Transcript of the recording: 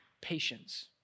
patience